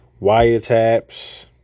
wiretaps